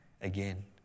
again